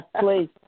Please